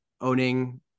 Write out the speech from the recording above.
owning